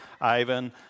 Ivan